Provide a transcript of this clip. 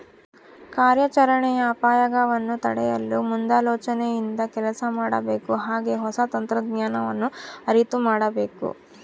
ಕಾರ್ಯಾಚರಣೆಯ ಅಪಾಯಗವನ್ನು ತಡೆಯಲು ಮುಂದಾಲೋಚನೆಯಿಂದ ಕೆಲಸ ಮಾಡಬೇಕು ಹಾಗೆ ಹೊಸ ತಂತ್ರಜ್ಞಾನವನ್ನು ಅರಿತು ಮಾಡಬೇಕು